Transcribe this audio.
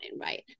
right